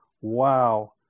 wow